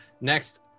Next